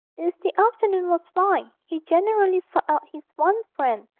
if the afternoon was fine, he generally sought out his one friend,